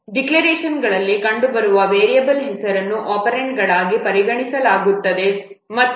ಡಿಕ್ಲರೇಶನ್ಗಳಲ್ಲಿ ಕಂಡುಬರುವ ವೇರಿಯಬಲ್ ಹೆಸರುಗಳನ್ನು ಒಪೆರಾಂಡ್ಗಳಾಗಿ ಪರಿಗಣಿಸಲಾಗುವುದಿಲ್ಲ ಎಂಬುದನ್ನು ಗಮನಿಸಿ